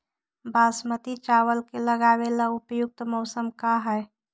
बासमती चावल के लगावे ला उपयुक्त मौसम का है?